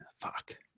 fuck